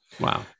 Wow